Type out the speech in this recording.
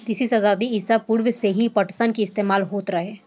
तीसरी सताब्दी ईसा पूर्व से ही पटसन के इस्तेमाल होत रहे